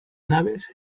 naves